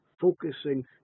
focusing